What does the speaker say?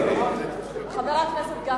חבר הכנסת גפני,